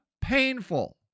painful